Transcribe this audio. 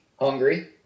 hungry